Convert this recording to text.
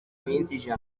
iminsi